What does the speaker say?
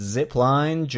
Zipline